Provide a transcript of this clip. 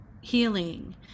healing